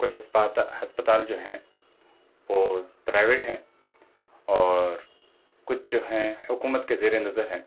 کچھ ہاسپاتا ہسپتال جو ہیں وہ پرائیویٹ ہیں اور کچھ جو ہیں حکومت کے زیرِ نظر ہیں